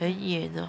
很远 lor